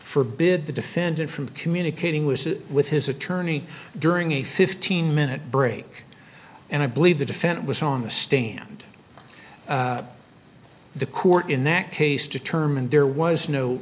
for bid the defendant from communicating was with his attorney during a fifteen minute break and i believe the defendant was on the stand the court in that case determined there was no